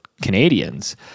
Canadians